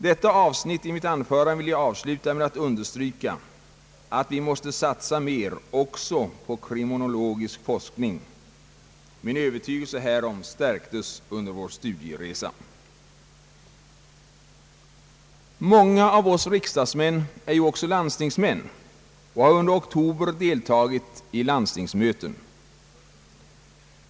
Detta avsnitt i mitt anförande vill jag avsluta med att understryka att vi måste satsa mer också på kriminologisk forskning. Min övertygelse härom stärktes under vår studieresa. Många av oss riksdagsmän är ju också landstingsmän och har under oktober deltagit i landstingsmöten.